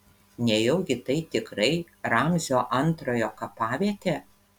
nejaugi tai tikrai ramzio antrojo kapavietė